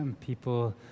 people